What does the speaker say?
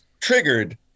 triggered